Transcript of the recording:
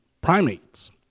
primates